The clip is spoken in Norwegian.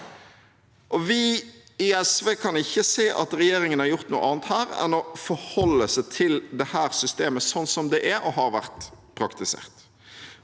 Vi i SV kan ikke se at regjeringen har gjort noe annet her enn å forholde seg til dette systemet sånn som det er og har vært praktisert,